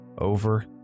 over